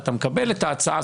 ואתה מקבל את ההצעה,